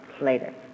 later